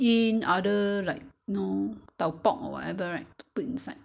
你你吃吗 !huh! 你吃不吃那个